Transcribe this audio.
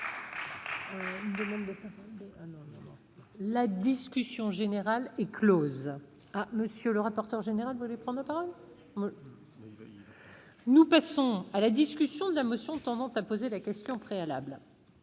La discussion générale est close. Nous passons à la discussion de la motion tendant à opposer la question préalable.